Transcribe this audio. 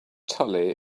tully